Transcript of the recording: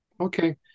Okay